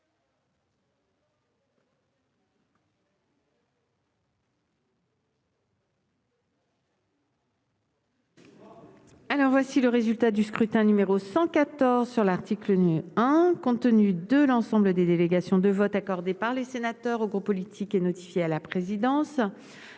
Alors voici le résultat du scrutin numéro 114 sur l'article 1 compte tenu de l'ensemble des délégations de vote accordé par les sénateurs au groupes politique et notifié à la présidence,